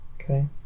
Okay